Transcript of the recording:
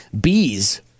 bees